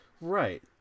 Right